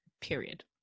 period